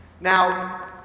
Now